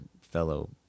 fellow